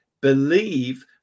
believe